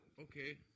okay